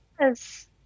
Yes